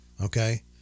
okay